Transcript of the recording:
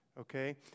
okay